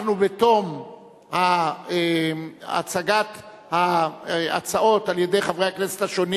בתום הצגת ההצעות על-ידי חברי הכנסת השונים